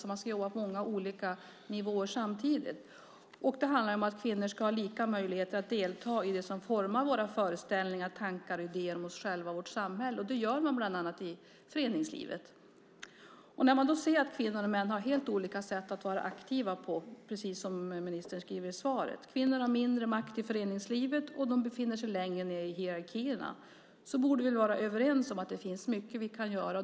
Man ska jobba på många olika nivåer samtidigt. Det handlar om att kvinnor ska ha lika möjligheter att delta i det som formar våra föreställningar, tankar och idéer om oss själva och vårt samhälle, och det gör man bland annat i föreningslivet. När vi då ser att kvinnor och män har helt olika sätt att vara aktiva på - precis som ministern skriver i svaret, att "kvinnor har mindre makt i föreningslivet" och "återfinns längre ned i beslutshierarkierna" - borde vi vara överens om att det finns mycket vi kan göra.